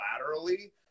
laterally